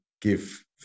give